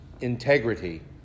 integrity